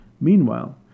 Meanwhile